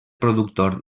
productor